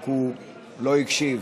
רק שהוא לא הקשיב,